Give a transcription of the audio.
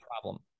problem